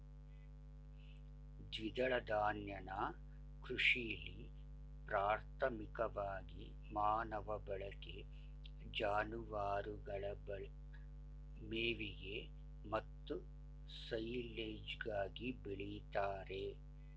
ದ್ವಿದಳ ಧಾನ್ಯನ ಕೃಷಿಲಿ ಪ್ರಾಥಮಿಕವಾಗಿ ಮಾನವ ಬಳಕೆ ಜಾನುವಾರುಗಳ ಮೇವಿಗೆ ಮತ್ತು ಸೈಲೆಜ್ಗಾಗಿ ಬೆಳಿತಾರೆ